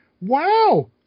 wow